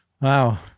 Wow